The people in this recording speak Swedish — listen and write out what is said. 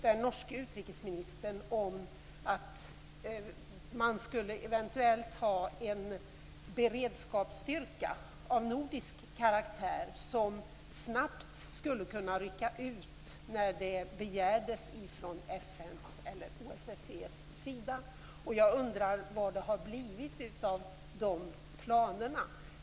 Den norske utrikesministern talade då om en eventuell beredskapsstyrka av nordisk karaktär, som snabbt skulle kunna rycka ut när det begärdes från FN:s eller OSSE:s sida. Jag undrar vad som har hänt med dessa planer.